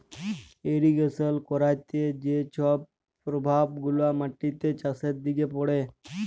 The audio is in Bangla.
ইরিগেশল ক্যইরতে যে ছব পরভাব গুলা মাটিতে, চাষের দিকে পড়ে